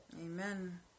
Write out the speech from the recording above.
Amen